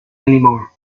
anymore